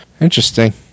Interesting